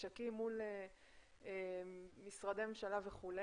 ממשקים מול משרדי ממשלה וכו',